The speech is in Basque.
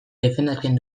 defendatzen